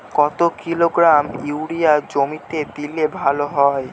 কত kilogram urea জমিতে দিলে ভালো হয়?